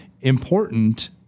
important